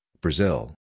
Brazil